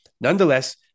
Nonetheless